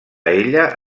ella